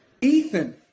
Ethan